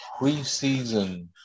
preseason